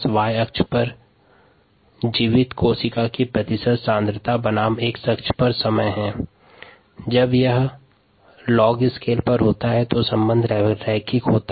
y अक्ष पर प्रतिशत् जीवित कोशिका सांद्रता बनाम x अक्ष पर समय है और जब यह लॉग पैमाने पर होता है तब संबंध रेखीय होता है